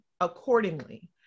accordingly